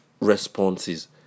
responses